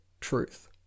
truth